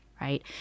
right